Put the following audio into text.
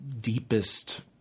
deepest